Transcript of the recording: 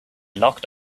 locked